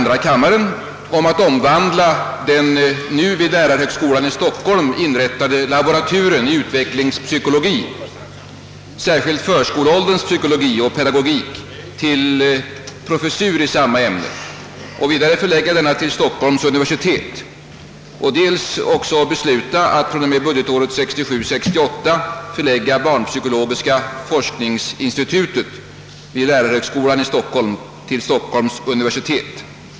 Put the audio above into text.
Det gäller att dels omvandla den vid lärarhögskolan i Stockholm inrättade laboraturen i = »utvecklingspsykologi, särskilt förskolålderns psykologi och pedagogik» till professur i samma ämne och förlägga denna till Stockholms universitet, dels också besluta att från och med budgetåret 1967/68 förlägga barnpsykologiska forskningsinstitutet vid lärarhögskolan i Stockholm till Stockholms universitet.